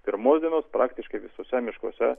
pirmos dienos praktiškai visuose miškuose